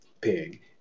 pig